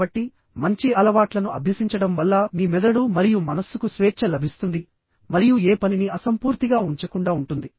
కాబట్టి మంచి అలవాట్లను అభ్యసించడం వల్ల మీ మెదడు మరియు మనస్సుకు స్వేచ్ఛ లభిస్తుంది మరియు ఏ పనిని అసంపూర్తిగా ఉంచకుండా ఉంటుంది